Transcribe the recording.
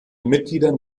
mitgliedern